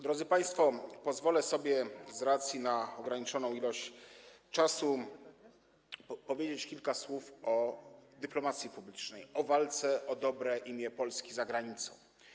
Drodzy państwo, pozwolę sobie, z racji na ograniczoną ilość czasu, powiedzieć kilka słów o dyplomacji publicznej, o walce o dobre imię Polski za granicą.